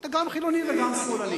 אתה גם חילוני וגם שמאלני,